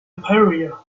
pariah